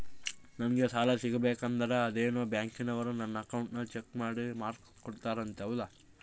ನಂಗೆ ಸಾಲ ಸಿಗಬೇಕಂದರ ಅದೇನೋ ಬ್ಯಾಂಕನವರು ನನ್ನ ಅಕೌಂಟನ್ನ ಚೆಕ್ ಮಾಡಿ ಮಾರ್ಕ್ಸ್ ಕೊಡ್ತಾರಂತೆ ಹೌದಾ?